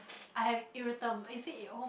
I have is it um